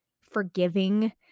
forgiving